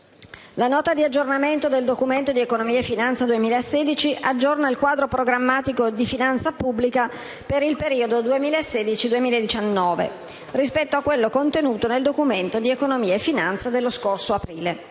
la Nota di aggiornamento del Documento di economia e finanza 2016 aggiorna il quadro programmatico di finanza pubblica per il periodo 2016-2019 rispetto a quello contenuto nel Documento di economia e finanza dello scorso aprile.